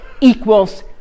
equals